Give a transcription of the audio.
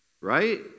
Right